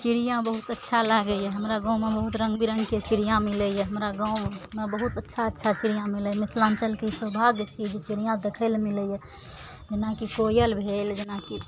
चिड़ियाँ बहुत अच्छा लागइए हमरा गाँवमे बहुत रङ्ग बिरङ्गके चिड़ियाँ मिलइए हमरा गाँवमे बहुत अच्छा अच्छा चिड़ियाँ मिलइए मिथिलान्चलके ई सौभाग्य छियै जे चिड़ियाँ देखय लए मिलइए जेना कि कोयल भेल जेना कि